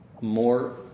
more